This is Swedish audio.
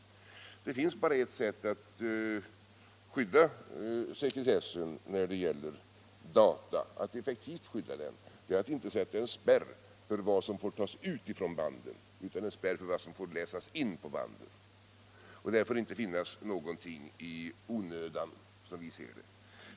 Man har bara ett sätt att effektivt skydda sekretessen när det gäller data, och det är att man inte sätter en spärr för vad som får tas ut ifrån bandet, utan att man sätter en spärr för vad som får läsas in på bandet. Som vi ser det får det inte finnas något onödigt på bandet.